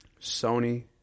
Sony